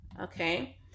Okay